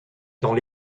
temps